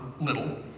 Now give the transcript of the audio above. little